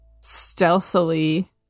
stealthily